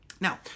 Now